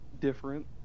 different